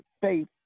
faith